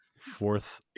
fourth